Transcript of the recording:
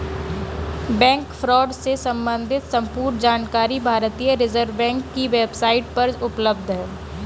bank fraud से सम्बंधित संपूर्ण जानकारी भारतीय रिज़र्व बैंक की वेब साईट पर उपलब्ध है